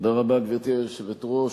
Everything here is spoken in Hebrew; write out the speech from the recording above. גברתי היושבת-ראש,